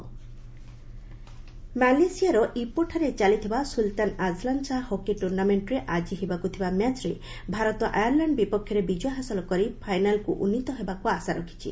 hockey ମାଲେସିଆର ଇପୋଠାରେ ଚାଲିଥିବା ସୁଲତାନ ଆଜ୍ଲାନ୍ ଶାହ ହକି ଟୁର୍ଣ୍ଣାମେଣ୍ଟ୍ରେ ଆଜି ହେବାକୁଥିବା ମ୍ୟାଚ୍ରେ ଭାରତ ଆର୍ୟାଲାଣ୍ଡ ବିପକ୍ଷରେ ବିଜୟ ହାସଲ କରି ଫାଇନାଲ୍କୁ ଉନ୍ନୀତ ହେବାକୁ ଆଶା ରଖିଛି